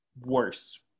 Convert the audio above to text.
worse